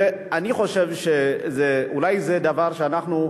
אני חושב שזה אולי דבר שאנחנו,